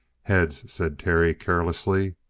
heads, said terry carelessly.